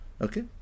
Okay